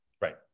Right